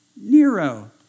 Nero